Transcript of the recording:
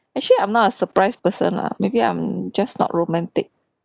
actually I'm not a surprised person lah maybe I'm just not romantic